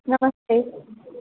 नमस्ते